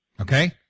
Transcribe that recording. Okay